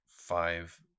five